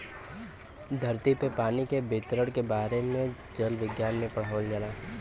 धरती पे पानी के वितरण के बारे में जल विज्ञना में पढ़ावल जाला